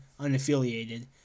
unaffiliated